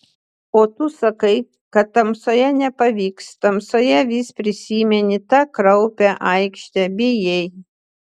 o tu sakai kad tamsoje nepavyks tamsoje vis prisimeni tą kraupią aikštę bijai